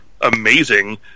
amazing